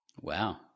Wow